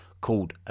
called